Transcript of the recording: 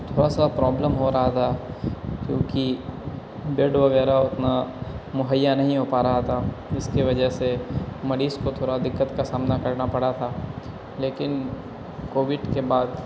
تھوڑا سا پرابلم ہو رہا تھا کیونکہ بیڈ وغیرہ اتنا مہیا نہیں ہو پا رہا تھا اس کی وجہ سے مریض کو تھوڑا دقت کا سامنا کرنا پڑا تھا لیکن کووڈ کے بعد